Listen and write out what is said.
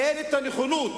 אין הנכונות.